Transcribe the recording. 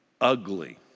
ugly